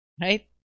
Right